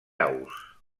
aus